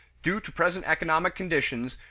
due to present economic conditions,